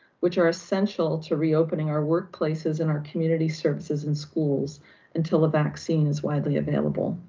which are essential to reopening our workplaces and our community services and schools until a vaccine is widely available.